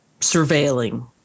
surveilling